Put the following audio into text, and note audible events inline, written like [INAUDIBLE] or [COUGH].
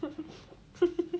[LAUGHS]